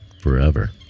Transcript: forever